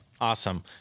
awesome